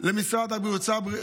למשרד הבריאות,